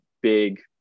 big